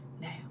Now